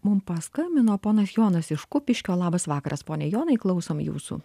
mum paskambino ponas jonas iš kupiškio labas vakaras pone jonai klausom jūsų